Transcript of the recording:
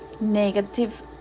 negative